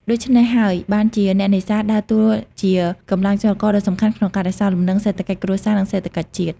ដូច្នេះហើយ បានជាអ្នកនេសាទដើរតួជាកម្លាំងចលករដ៏សំខាន់ក្នុងការរក្សាលំនឹងសេដ្ឋកិច្ចគ្រួសារ និងសេដ្ឋកិច្ចជាតិ។